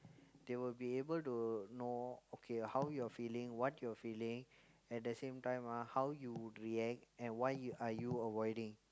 they will be able to know okay how you're feeling what you're feeling at the same time ah how you would react and why you are you avoiding